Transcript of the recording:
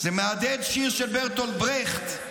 זה מהדהד שיר של ברטולט ברכט,